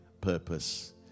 purpose